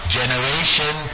generation